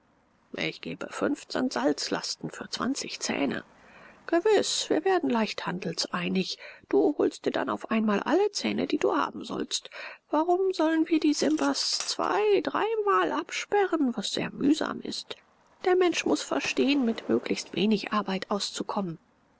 ich gebe fünfzehn salzlasten für zwanzig zähne gewiß wir werden leicht handelseinig du holst dir dann auf einmal alle zähne die du haben sollst warum sollen wir die simbas zwei dreimal absperren was sehr mühsam ist der mensch muß verstehen mit möglichst wenig arbeit auszukommen